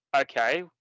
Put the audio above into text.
okay